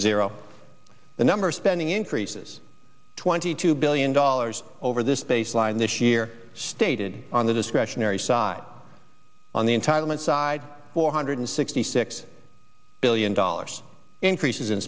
zero the number of spending increases twenty two billion dollars over this baseline this year stated on the discretionary side on the entire human side four hundred sixty six billion dollars increases